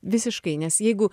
visiškai nes jeigu